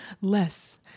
less